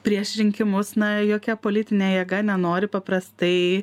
prieš rinkimus na jokia politinė jėga nenori paprastai